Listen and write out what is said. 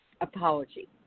apology